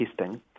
testing